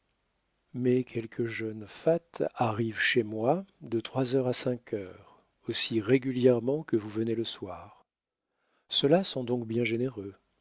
mais quelques jeunes fats arrivent chez moi de trois heures à cinq heures aussi régulièrement que vous venez le soir ceux-là sont donc bien généreux